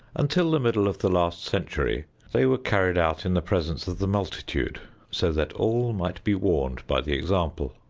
until the middle of the last century they were carried out in the presence of the multitude so that all might be warned by the example.